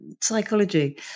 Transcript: psychology